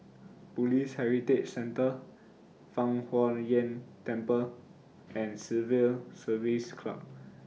Police Heritage Centre Fang Huo Yuan Temple and Civil Service Club